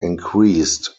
increased